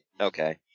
okay